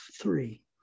three